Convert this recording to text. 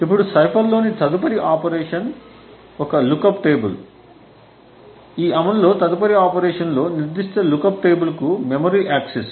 ఇప్పుడు సైఫర్లోని తదుపరి ఆపరేషన్ ఒక లుక్అప్ టేబుల్ ఈ అమలులో తదుపరి ఆపరేషన్లో నిర్దిష్ట లుక్అప్ టేబుల్ కు మెమరీ ఆక్సిస్